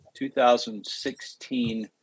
2016